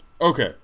Okay